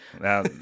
Now